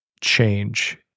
change